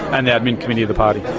and the admin committee of the party.